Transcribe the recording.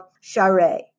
Share